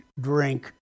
drink